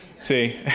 See